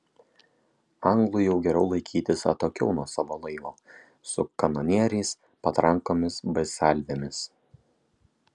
anglui jau geriau laikytis atokiau nuo savo laivo su kanonieriais patrankomis bei salvėmis